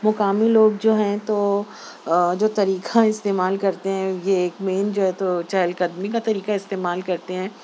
مقامی لوگ جو ہیں تو جو طریقہ استعمال کرتے ہیں یہ ایک میں جو ہے تو چہل قدمی کا طریقہ استعمال کرتے ہیں